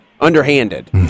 underhanded